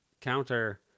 counter